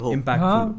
Impactful